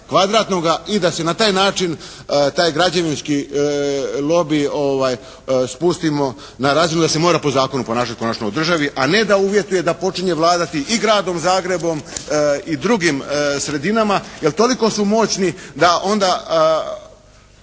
kvadratnoga i da se na taj način taj građevinski lobi spustimo na razinu da se mora po zakonu ponašati konačno u državi. A ne da uvjetuje da počinje vladati i gradom Zagrebom i drugim sredinama jer toliko su moćni da onda